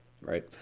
right